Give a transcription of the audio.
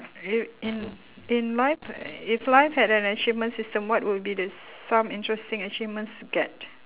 you in in life if life had an achievement system what would be the some interesting achievements to get